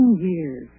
years